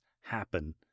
happen